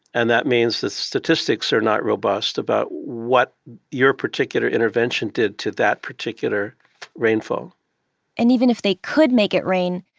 and that means the statistics are not robust about what your particular intervention did to that particular rainfall and even if they could make it rain,